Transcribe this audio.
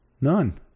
None